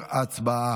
כץ,